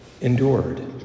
endured